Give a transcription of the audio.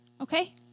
Okay